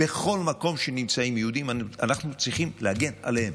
בכל מקום שנמצאים יהודים אנחנו צריכים להגן עליהם.